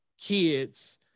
kids